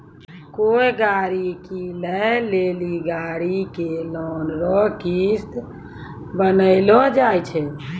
कोय गाड़ी कीनै लेली गाड़ी के लोन रो किस्त बान्हलो जाय छै